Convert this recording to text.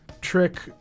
Trick